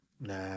Nah